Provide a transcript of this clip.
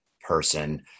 person